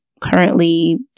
currently